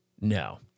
no